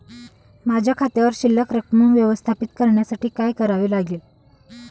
माझ्या खात्यावर शिल्लक रक्कम व्यवस्थापित करण्यासाठी काय करावे लागेल?